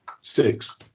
six